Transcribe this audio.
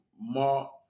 more